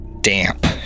damp